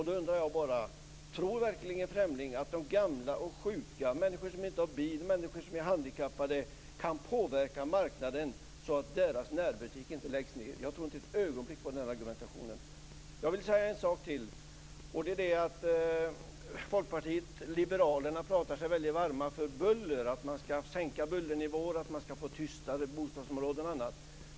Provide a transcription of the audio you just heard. Då undrar jag bara: Tror verkligen Fremling att de gamla och sjuka, människor som inte har bil, människor som är handikappade, kan påverka marknaden så att deras närbutik inte läggs ned? Jag tror inte ett ögonblick på den argumentationen. Jag vill säga en sak till. Folkpartiet liberalerna talar sig väldigt varma i fråga om buller. Man skall sänka bullernivåer, få tystare bostadsområden och annat.